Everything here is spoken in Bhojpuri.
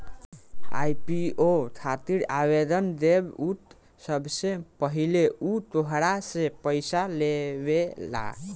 आई.पी.ओ खातिर आवेदन देबऽ त सबसे पहिले उ तोहरा से पइसा लेबेला